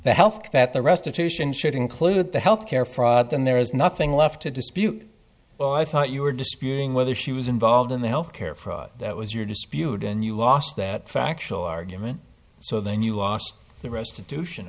the health that the restitution should include the health care fraud then there is nothing left to dispute well i thought you were disputing whether she was involved in the health care fraud that was your dispute and you lost that factual argument so then you lost the restitution